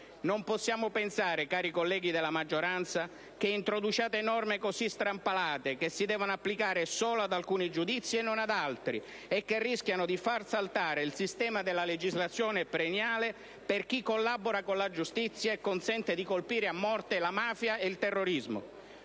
Non possiamo pensare, cari colleghi della maggioranza, che introduciate norme così strampalate, che si devono applicare solo ad alcuni giudizi e non ad altri e che rischiano di far saltare il sistema della legislazione premiale per chi collabora con la giustizia e consente di colpire a morte la mafia e il terrorismo.